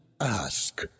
ask